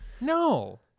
No